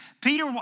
Peter